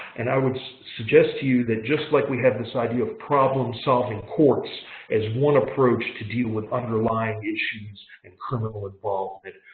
and i would suggest to you that just like we had this idea of problem-solving courts as one approach to deal with underlying issues and criminal involvement,